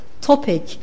topic